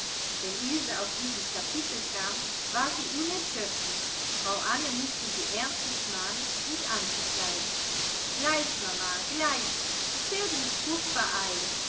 wenn ilse auf dieses kapitel kam war sie unerschöpflich frau anne mußte sie ernstlich mahnen sich anzukleiden gleich mama gleich ich werde mich furchtbar